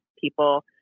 people